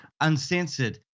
Uncensored